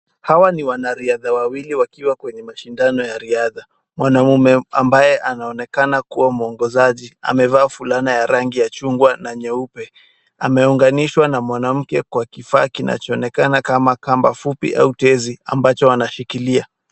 Hawa ni wanariadha wawili wakiwa kwenye mashindano ya riadha. Mwanaume ambaye anaonekana kuwa mwongozaji, amevaa fulana ya rangi ya chungwa na nyeupe. Ameunganishwa na mwanamke kwa kifaa kinachoonekana kama kamba fupi au tezi, ambacho wanashikilia.